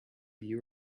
you